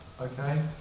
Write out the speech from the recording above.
okay